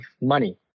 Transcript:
money